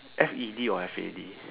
F E D or F A D